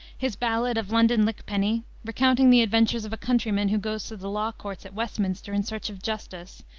his ballad of london lyckpenny, recounting the adventures of a countryman who goes to the law courts at westminster in search of justice,